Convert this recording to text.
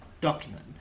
document